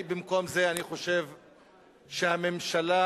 במקום זה,